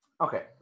Okay